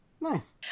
Nice